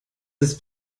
ist